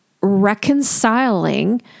reconciling